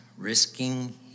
Risking